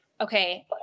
Okay